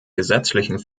gesetzlichen